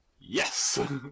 yes